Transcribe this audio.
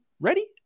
Ready